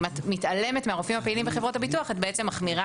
אם את מתעלמת מהרופאים הפעילים בחברות הביטוח את בעצם מחמירה